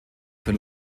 für